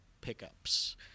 pickups